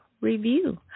review